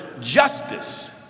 justice